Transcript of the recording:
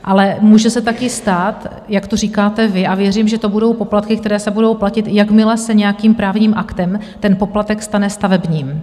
Ale může se taky stát, jak to říkáte vy, a věřím, že to budou poplatky, které se budou platit, jakmile se nějakým právním aktem ten poplatek stane stavebním.